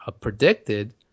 predicted